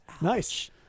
nice